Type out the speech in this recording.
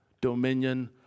dominion